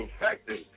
effective